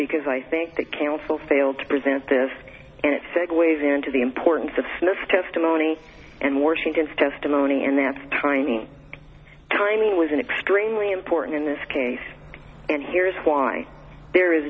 because i think the council failed to present this and it segues into the importance of snuff testimony and washington's testimony in that tiny tiny was an extremely important in this case and here's why there is